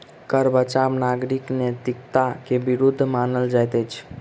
कर बचाव नागरिक नैतिकता के विरुद्ध मानल जाइत अछि